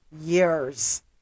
years